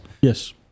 Yes